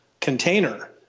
container